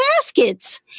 Baskets